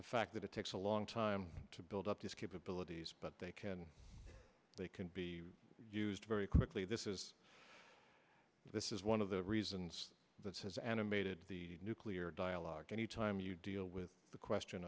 the fact that it takes a long time to build up these capabilities but they can they can be used very quickly this is this is one of the reasons that has animated the nuclear dialogue any time you deal with the question